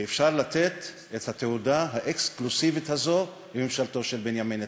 ואפשר לתת את התעודה האקסקלוסיבית הזו לממשלתו של בנימין נתניהו.